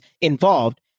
involved